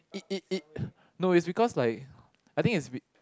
eat eat eat no it's because like I think is be